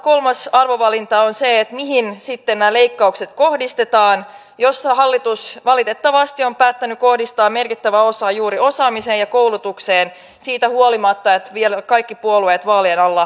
kolmas arvovalinta on se mihin sitten nämä leikkaukset kohdistetaan ja hallitus valitettavasti on päättänyt kohdistaa merkittävän osan juuri osaamiseen ja koulutukseen siitä huolimatta että kaikki puolueet vielä vaalien alla puhuivat toista